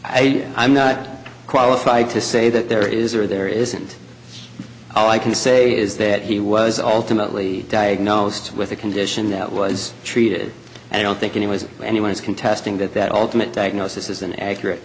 i i'm not qualified to say that there is or there isn't all i can say is that he was ultimately diagnosed with a condition that was treated and i don't think anyone anyone is contesting that that ultimate diagnosis is an accurate